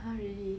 !huh! really